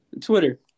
Twitter